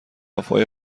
وفای